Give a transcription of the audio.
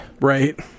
Right